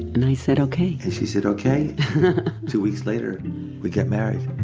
and i said okay and she said okay two weeks later we get married